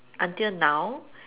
until now